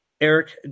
Eric